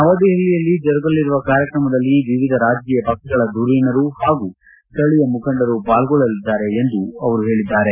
ನವದೆಹಲಿಯಲ್ಲಿ ಜರುಗಲಿರುವ ಕಾರ್ಯಕ್ರಮದಲ್ಲಿ ವಿವಿಧ ರಾಜಕೀಯ ಪಕ್ಷಗಳ ಧುರೀಣರು ಹಾಗೂ ಸ್ಥಳೀಯ ಮುಖಂಡರು ಪಾಲ್ಗೊಳ್ಳಲಿದ್ದಾರೆ ಎಂದು ಅವರು ಹೇಳಿದ್ದಾರೆ